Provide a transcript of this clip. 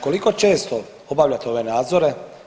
Koliko često obavljate ove nadzore?